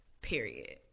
period